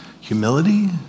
humility